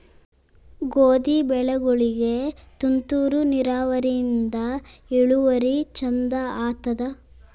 ಗೋಧಿ ಬೆಳಿಗೋಳಿಗಿ ತುಂತೂರು ನಿರಾವರಿಯಿಂದ ಇಳುವರಿ ಚಂದ ಆತ್ತಾದ?